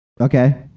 Okay